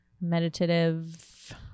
meditative